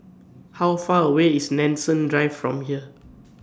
How Far away IS Nanson Drive from here